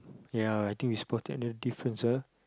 ya I think we spotted the difference ah